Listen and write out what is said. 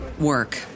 work